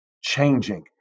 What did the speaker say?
changing